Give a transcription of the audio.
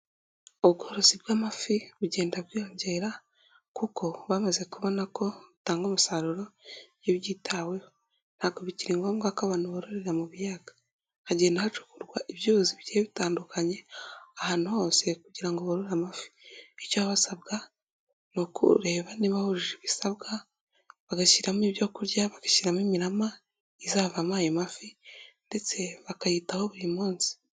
Ubworozi bw'amafi bugenda bwiyongera, kuko bamaze kubona ko butanga umusaruro iyo byitaweho. Ntabwo bikiri ngombwa ko abantu bororera mu biyaga. Hagenda hacukurwa ibyuzi bitandukanye ahantu hose, kugira ngo borore amafi. Icyo baba basabwa, ni ukureba niba hujuje ibisabwa bagashyiramo ibyokurya, bagashyiramo imirama, izavamo ayo mafi ndetse bakayitaho buri munsi.